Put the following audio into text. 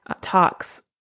talks